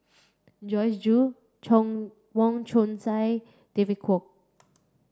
Joyce Jue Chong Wong Chong Sai David Kwo